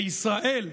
בישראל,